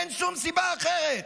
אין שום סיבה אחרת.